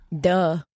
Duh